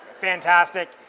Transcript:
Fantastic